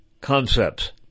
concepts